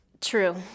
True